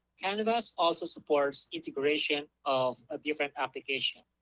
canvas also supports integration of a different application.